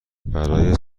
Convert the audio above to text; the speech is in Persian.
برای